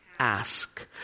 Ask